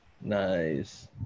Nice